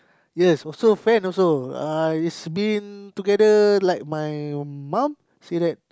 yes also fan also uh it's been together like my mum said that